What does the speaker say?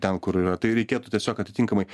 ten kur yra tai reikėtų tiesiog atitinkamai